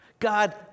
God